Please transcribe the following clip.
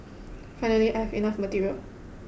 finally I have enough material